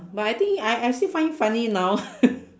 but I think I I still find it funny now